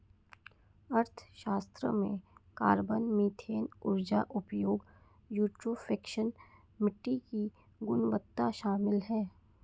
अर्थशास्त्र में carbon, methane ऊर्जा उपयोग, यूट्रोफिकेशन, मिट्टी की गुणवत्ता शामिल है